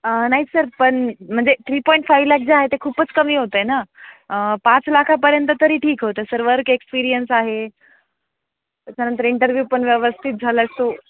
नाही सर पण म्हणजे थ्री पॉईंट फाईव लॅक जे आहे ते खूपच कमी होतं आहे ना पाच लाखापर्यंत तरी ठीक होतं सर वर्क एक्सपिरियन्स आहे त्याच्यानंतर इंटरव्यू पण व्यवस्थित झाला सो